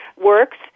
works